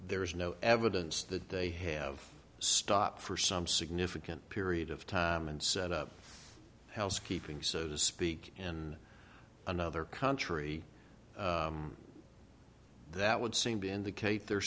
there is no evidence that they have stopped for some significant period of time and set up housekeeping so to speak in another country that would seem to indicate they're